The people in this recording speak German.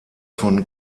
von